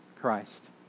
Christ